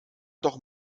doch